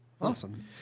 awesome